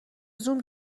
زوم